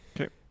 Okay